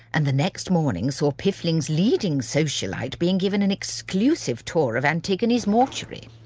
and the next morning saw piffling's leading socialite being given an exclusive tour of antigone's mortuary.